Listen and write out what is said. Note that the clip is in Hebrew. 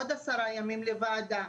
עוד עשרה ימים לוועדה,